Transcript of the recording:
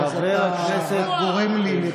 תרבות השקרים זה